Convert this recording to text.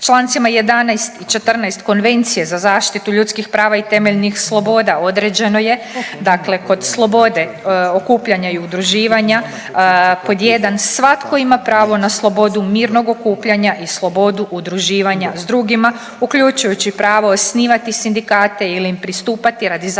Čl. 11. i 14. Konvencije za zaštitu ljudskih prava i temeljnih sloboda određeno je dakle kod slobode okupljanja i udruživanja pod 1) svatko ima pravo na slobodu mirnog okupljanja i slobodu udruživanja s drugima uključujući pravo osnivati sindikati ili im pristupati radi zaštite